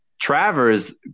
Travers